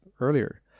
earlier